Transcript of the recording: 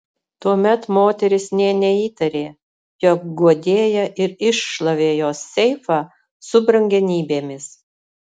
tuomet moteris nė neįtarė jog guodėja ir iššlavė jos seifą su brangenybėmis